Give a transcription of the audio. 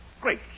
great